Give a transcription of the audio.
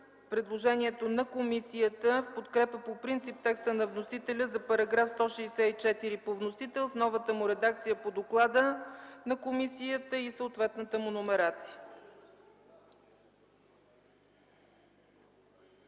предложението на комисията в подкрепа по принцип текста на вносителя за § 164 по вносител в новата му редакция по доклада на комисията и съответната му номерация.